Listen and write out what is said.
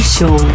Show